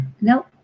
Nope